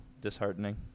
disheartening